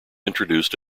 introduced